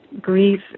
grief